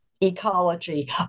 ecology